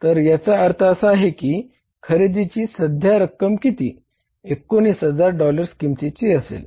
तर याचा अर्थ असा आहे की खरेदीची सध्याची रक्कम किती 19000 डॉलर किंमतीची असेल